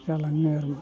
जालाङो आरो मा